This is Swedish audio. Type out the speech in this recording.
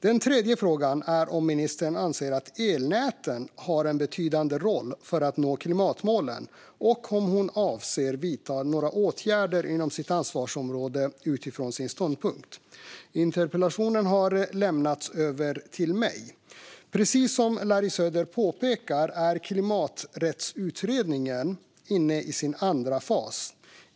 Den tredje frågan är om ministern anser att elnäten har en betydande roll för att nå klimatmålen och om hon avser att vidta några åtgärder inom sitt ansvarsområde utifrån sin ståndpunkt. Interpellationen har överlämnats till mig. Precis som Larry Söder påpekar är Klimaträttsutredningen inne i sin andra fas.